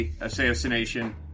assassination